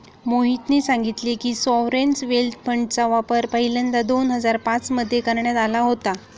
मोहितने सांगितले की, सॉवरेन वेल्थ फंडचा वापर पहिल्यांदा दोन हजार पाच मध्ये करण्यात आला होता